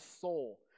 soul